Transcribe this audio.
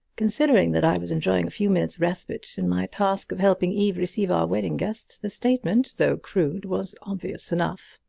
considering that i was enjoying a few minutes' respite in my task of helping eve receive our wedding guests, the statement, though crude, was obvious enough.